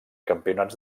campionats